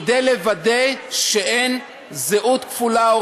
לוודא שאין זהות כפולה,